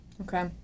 Okay